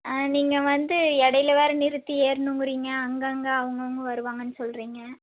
நீங்கள் வந்து இடையில வேறு நிறுத்தி ஏற்ணுங்கிறிங்க அங்கங்கே அவங்கவுங்க வருவாங்கன் சொல்லுறிங்க